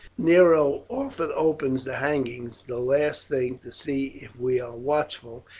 nero often opens the hangings the last thing to see if we are watchful,